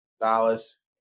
Dallas